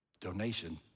donation